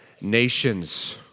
nations